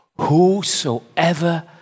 Whosoever